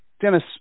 Dennis